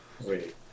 Wait